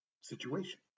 situation